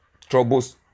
troubles